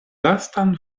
lastan